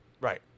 Right